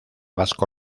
vasco